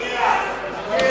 מגיע.